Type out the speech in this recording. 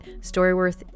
StoryWorth